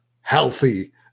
healthy